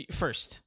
first